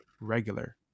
regular